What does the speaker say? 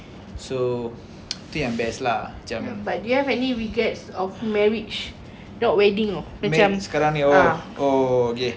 but do you have any regrets of marriage not wedding oh macam sekarang ha macam for me kan I tak regret